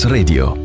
Radio